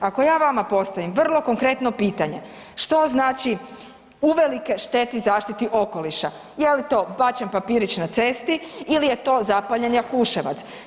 Ako ja vama postavim vrlo konkretno pitanje, što znači uvelike šteti zaštiti okoliša, je li to bačen papirić na cesti ili je to zapaljen Jakuševac?